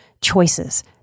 choices